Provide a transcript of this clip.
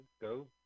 go